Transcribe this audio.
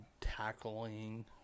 tackling